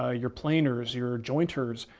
ah your planers, your jointers,